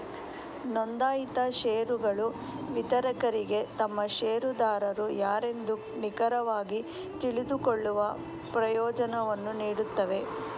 ನೋಂದಾಯಿತ ಷೇರುಗಳು ವಿತರಕರಿಗೆ ತಮ್ಮ ಷೇರುದಾರರು ಯಾರೆಂದು ನಿಖರವಾಗಿ ತಿಳಿದುಕೊಳ್ಳುವ ಪ್ರಯೋಜನವನ್ನು ನೀಡುತ್ತವೆ